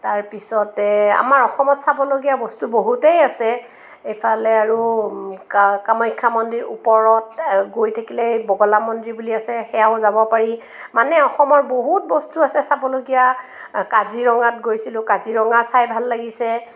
তাৰপিছতে আমাৰ অসমত চাবলগীয়া বস্তু বহুতেই আছে এইফালে আৰু কা কামাখ্যা মন্দিৰ ওপৰত গৈ থাকিলে বগলা মন্দিৰ বুলি আছে সেয়াও যাব পাৰি মানে অসমৰ বহুত বস্তু আছে চাবলগীয়া কাজিৰঙাত গৈছিলোঁ কাজিৰঙা চাই ভাল লাগিছে